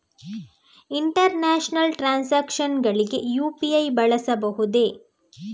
International transactions ಗಳಿಗೆ UPI ಬಳಸಬಹುದೇ?